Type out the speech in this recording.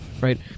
right